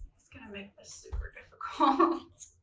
he's gonna make this super difficult um